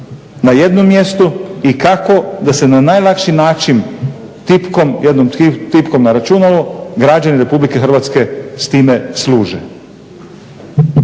na jednom mjestu i kako da se na najlakši način tipkom, jednom tipkom na računalu građani Republike Hrvatske s time služe.